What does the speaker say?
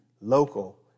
local